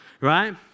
right